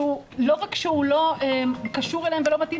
שלא רק שהוא לא קשור אליהם ולא מתאים